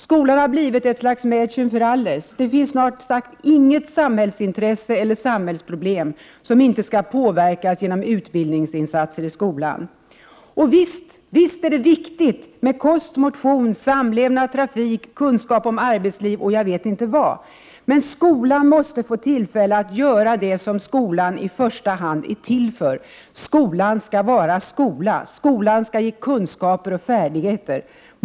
Skolan har blivit ett slags Mädchen fär alles. Det finns snart sagt inget samhällsintresse eller samhällsproblem som inte skall påverkas genom utbildningsinsatser i skolan. Visst är det viktigt med kost och motion, samlevnad och trafik, kunskap om arbetsliv och jag vet inte vad, men skolan måste få tillfälle att göra det som skolan i första hand är till för: skolan skall vara skola. Skolan skall ge — Prot. 1988/89:120 kunskaper och färdigheter.